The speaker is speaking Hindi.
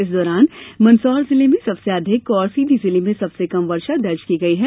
इस दौरान मंदसौर जिले में सबसे अधिक और सीधी जिले में सबसे कम वर्षा दर्ज की गई है